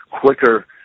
quicker